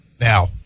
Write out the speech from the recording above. Now